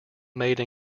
made